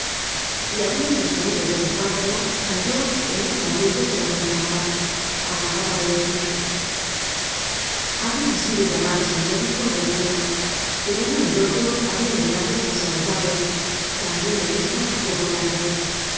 y habiendo salido de su cuarto cayó en los ladrillos de la antecámara acababa de espirar habian sido llamados el médico y el cura pero uno y otro habian llegado demasiado tarde tambien el hijo llegó tarde